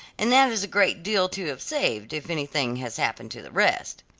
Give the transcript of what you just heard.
and that is a great deal to have saved, if anything has happened to the rest.